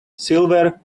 silver